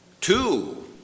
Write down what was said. Two